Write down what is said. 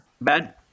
Bad